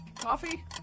Coffee